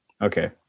Okay